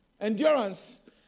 Endurance